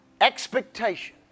Expectation